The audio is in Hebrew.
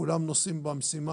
כולם נושאים במשימה,